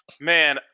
Man